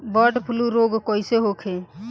Bird flu रोग कईसे होखे?